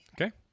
Okay